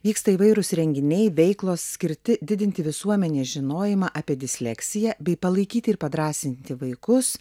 vyksta įvairūs renginiai veiklos skirti didinti visuomenės žinojimą apie disleksiją bei palaikyti ir padrąsinti vaikus